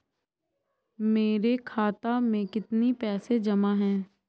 मेरे खाता में कितनी पैसे जमा हैं?